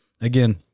again